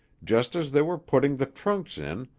just as they were putting the trunks in,